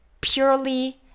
purely